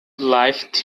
live